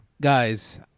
Guys